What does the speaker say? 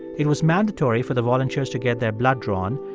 it was mandatory for the volunteers to get their blood drawn.